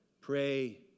Pray